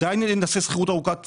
כך שעדיין נעשה שכירות ארוכת טווח.